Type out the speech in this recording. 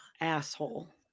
asshole